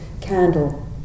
candle